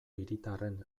hiritarren